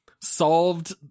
solved